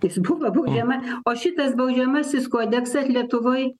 jis buvo baudžiama o šitas baudžiamasis kodeksas lietuvoj